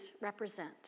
represent